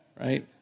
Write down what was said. right